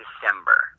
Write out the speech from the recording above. December